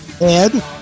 Ed